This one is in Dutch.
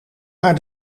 haar